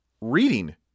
reading